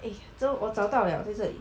eh so 我找到 liao 在这里